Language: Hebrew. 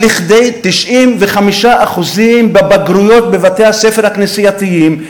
לכדי 95% בבגרויות בבתי-הספר הכנסייתיים,